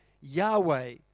Yahweh